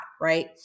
right